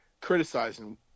criticizing